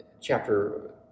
chapter